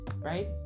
right